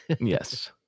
Yes